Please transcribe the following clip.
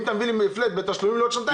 אם תביא לי "פלאט" בתשלומים בעוד שנתיים,